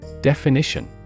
Definition